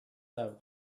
out